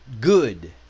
good